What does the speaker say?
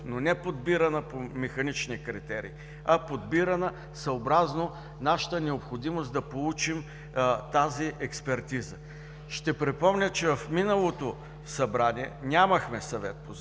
но не подбирана по механични критерии, а подбирана съобразно нашата необходимост да получим тази експертиза. Ще припомня, че в миналото Събрание нямахме Съвет по